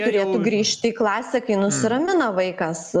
turėtų grįžti į klasę kai nusiramina vaikas